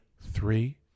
Three